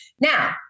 Now